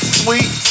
sweet